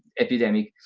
epidemic.